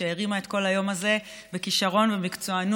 שהרימה את כל היום הזה בכישרון ובמקצוענות,